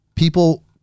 People